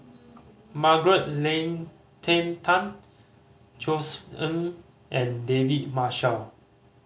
Margaret Leng Tan Josef Ng and David Marshall